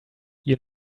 you